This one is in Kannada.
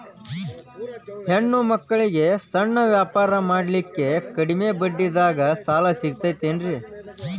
ಹೆಣ್ಣ ಮಕ್ಕಳಿಗೆ ಸಣ್ಣ ವ್ಯಾಪಾರ ಮಾಡ್ಲಿಕ್ಕೆ ಕಡಿಮಿ ಬಡ್ಡಿದಾಗ ಸಾಲ ಸಿಗತೈತೇನ್ರಿ?